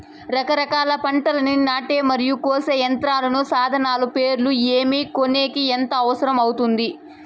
రకరకాల పంటలని నాటే మరియు కోసే యంత్రాలు, సాధనాలు పేర్లు ఏమి, కొనేకి ఎంత అవసరం అవుతుంది?